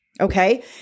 Okay